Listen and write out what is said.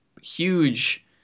huge